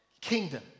kingdom